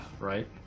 right